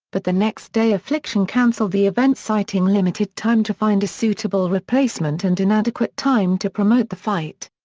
but the next day affliction canceled the event citing limited time to find a suitable replacement and inadequate time to promote the fight.